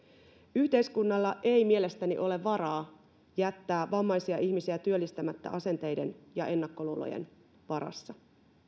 yhteiskunnalla ei mielestäni ole varaa jättää heitä työllistämättä asenteiden ja ennakkoluulojen takia